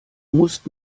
musst